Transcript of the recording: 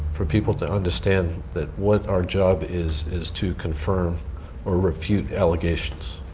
for people to understand that what our job is is to confirm orr refute allegations.